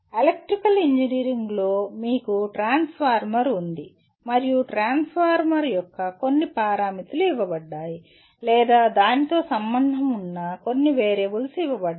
electrical ఇంజనీరింగ్లో మీకు transformer ఉంది మరియు ట్రాన్స్ఫార్మర్ యొక్క కొన్ని పారామితులు ఇవ్వబడ్డాయి లేదా దానితో సంబంధం ఉన్న కొన్ని వేరియబుల్స్ ఇవ్వబడ్డాయి